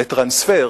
לטרנספר,